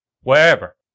wherever